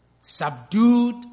subdued